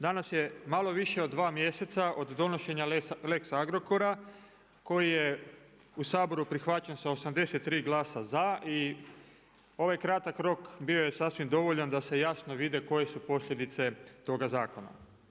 Danas je malo više od dva mjeseca od donošenja lex Agrokora koji je u Saboru prihvaćen sa 83 glasa za i ovaj kratak rok bio je sasvim dovoljan da se jasno vide koje su posljedice toga zakona.